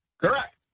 Correct